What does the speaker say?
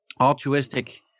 altruistic